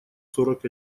сорок